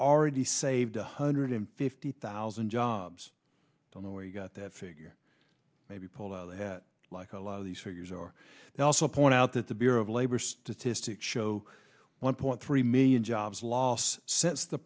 already saved one hundred fifty thousand jobs i don't know where you got that figure may be pulled out of the hat like a lot of these figures are now also point out that the bureau of labor statistics show one point three million jobs lost since the